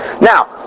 Now